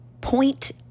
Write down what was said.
point